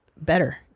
better